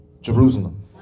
Jerusalem